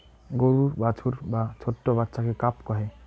গরুর বাছুর বা ছোট্ট বাচ্চাকে কাফ কহে